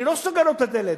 אני לא סוגר לו את הדלת,